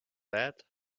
that